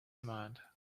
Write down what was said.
command